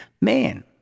man